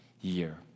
year